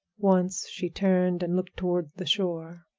once she turned and looked toward the shore,